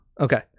Okay